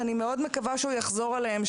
שאני מקווה מאוד שהוא יחזור עליהם,